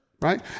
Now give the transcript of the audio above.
right